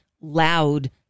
loud